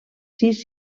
sis